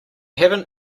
haven’t